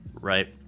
right